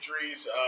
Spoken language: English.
injuries